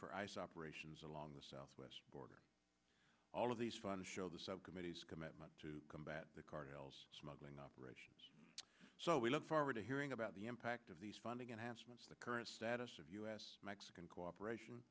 for ice operations along the southwest border all of these funds show the subcommittee's commitment to combat the cartels smuggling operations so we look forward to hearing about the impact of these funding enhancements the current status of u s mexican cooperation